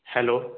hello